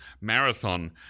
Marathon